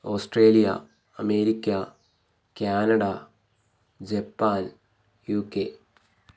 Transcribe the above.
Australia America Canada Japan UK